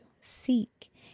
seek